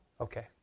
Okay